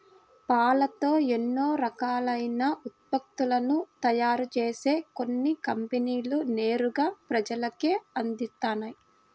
పాలతో ఎన్నో రకాలైన ఉత్పత్తులను తయారుజేసి కొన్ని కంపెనీలు నేరుగా ప్రజలకే అందిత్తన్నయ్